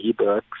eBooks